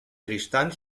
tristán